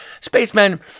spacemen